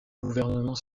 gouvernement